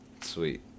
Sweet